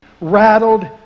rattled